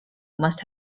must